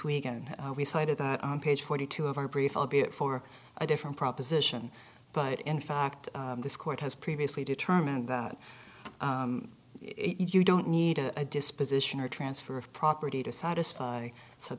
weekend we cited that on page forty two of our brief albeit for a different proposition but in fact this court has previously determined that you don't need a disposition or transfer of property to satisfy su